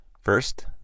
First